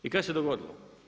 I kaj se dogodilo?